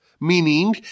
Meaning